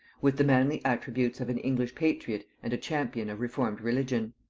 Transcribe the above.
with the manly attributes of an english patriot and a champion of reformed religion.